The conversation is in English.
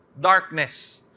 darkness